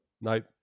Nope